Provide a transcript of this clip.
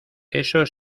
eso